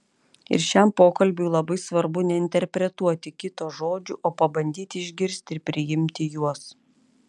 ir šiam pokalbiui labai svarbu neinterpretuoti kito žodžių o pabandyti išgirsti ir priimti juos